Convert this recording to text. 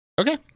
Okay